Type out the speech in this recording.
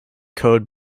code